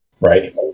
Right